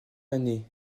années